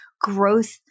growth